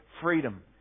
freedom